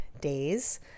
days